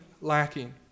lacking